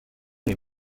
les